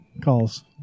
calls